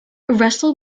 russell